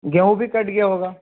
गेहूँ भी कट गया होगा